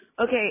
okay